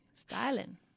Styling